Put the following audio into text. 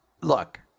Look